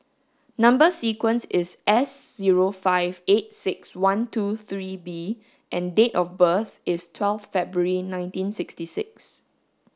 number sequence is S zero five eight six one two three B and date of birth is twelve February nineteen sixty six